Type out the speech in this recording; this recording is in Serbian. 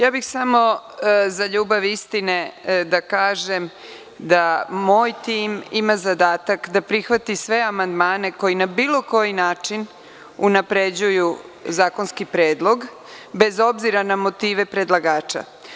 Ja bih samo zarad istine da kažem da moj tim ima zadatak da prihvati sve amandmane koji na bilo koji način unapređuju zakonski predlog, bez obzira na motive predlagača.